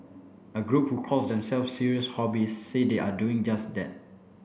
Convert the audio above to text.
a group who calls themselves serious hobbyists say they are doing just that